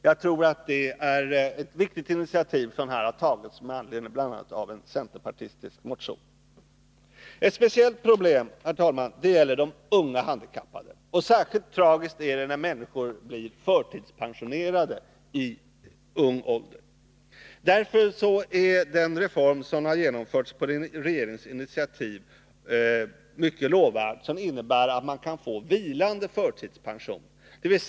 Jag tror det är ett viktigt initiativ som här tagits, med anledning av bl.a. en centerpartistisk motion. Ett speciellt problem gäller unga handikappade. Det är särskilt tragiskt när människor blir förtidspensionerade i ung ålder. Därför är den reform som genomförts på regeringens initiativ och som innebär att man kan få vilande förtidspension mycket lovvärd.